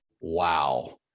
wow